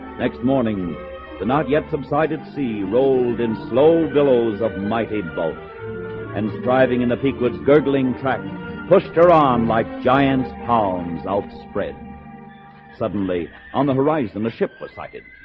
next morning the not yet. subsided sea rolled in slow billows of mighty bulk and driving in a peak words gurgling track pushed her on like giant palms outspread suddenly on the horizon the ship recited